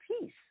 peace